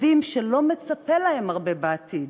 יודעים שלא מצפה להם הרבה בעתיד,